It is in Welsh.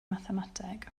mathemateg